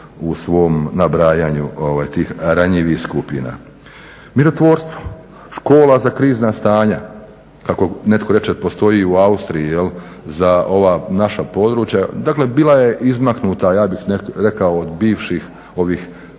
u svom nabrajanju tih ranjivih skupina. Mirotvorstvo, škola za krizna stanja, kako netko reće postoji i u Austriji za ova naša područja, dakle bila je izmaknuta, ja bih rekao od bivših ovih kriznih